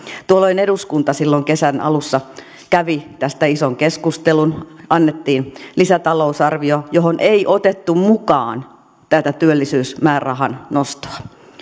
tuolloin eduskunta silloin kesän alussa kävi tästä ison keskustelun annettiin lisätalousarvio johon ei otettu mukaan tätä työllisyysmäärärahan nostoa